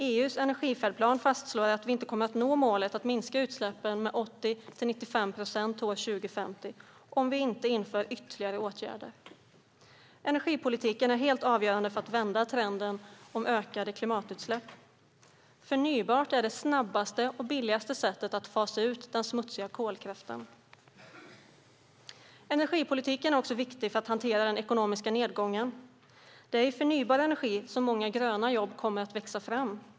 EU:s energifärdplan fastslår att vi inte kommer att nå målet att minska utsläppen med 80-95 procent till år 2050 om vi inte inför ytterligare åtgärder. Energipolitiken är helt avgörande för att vända trenden i fråga om ökade klimatutsläpp. Förnybart är det snabbaste och billigaste sättet att fasa ut den smutsiga kolkraften. Energipolitiken är också viktig för att hantera den ekonomiska nedgången. Det är i förnybar energi som många gröna jobb kommer att växa fram.